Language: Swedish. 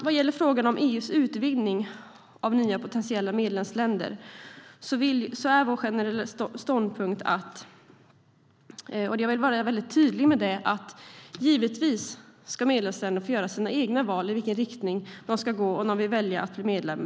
Vad gäller frågan om EU:s utvidgning med nya potentiella medlemsländer vill jag vara väldigt tydlig. Givetvis ska medlemsländerna få göra sina egna val om vilken riktning de vill gå och om de väljer att bli medlemmar.